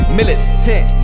Militant